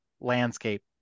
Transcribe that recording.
landscape